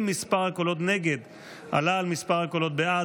אם מספר הקולות נגד עלה על מספר הקולות בעד,